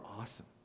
awesome